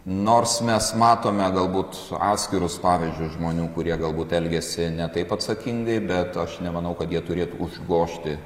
nors mes matome galbūt atskirus pavyzdžius žmonių kurie galbūt elgiasi ne taip atsakingai bet aš nemanau kad jie turėtų užgožti